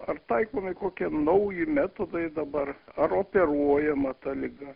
ar taikomi kokie nauji metodai dabar ar operuojama ta liga